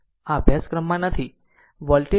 આ અભ્યાસક્રમમાં નથી